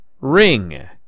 ring